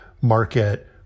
market